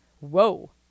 Whoa